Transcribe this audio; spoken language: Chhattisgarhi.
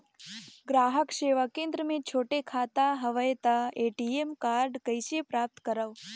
ग्राहक सेवा केंद्र मे छोटे खाता हवय त ए.टी.एम कारड कइसे प्राप्त करव?